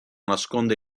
nasconde